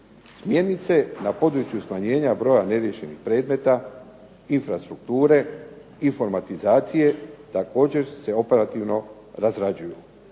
Smjernice na području smanjenja broja neriješenih predmeta, infrastrukture, informatizacije također su se operativno razrađuju.